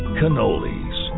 cannolis